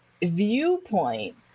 viewpoint